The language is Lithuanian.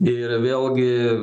ir vėlgi